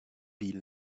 been